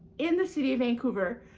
in the city of vancouver,